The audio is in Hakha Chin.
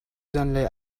zaanlei